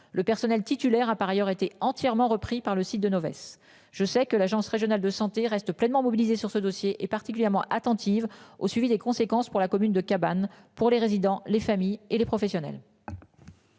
Le personnel titulaire a par ailleurs été entièrement repris par le site de mauvaises. Je sais que l'Agence Régionale de Santé reste pleinement mobilisé sur ce dossier est particulièrement attentive au suivi des conséquences pour la commune de cabane pour les résidents, les familles et les professionnels.